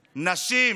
שלנו.